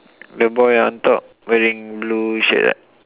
the boy on top wearing blue shirt ah